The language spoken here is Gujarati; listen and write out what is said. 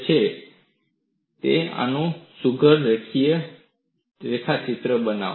હું ઈચ્છું છું કે તમે આનો સુઘડ રેખાચિત્ર બનાવો